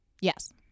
Yes